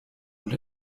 und